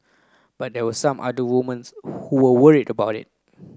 but there were some other women's who were worried about it